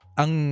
ang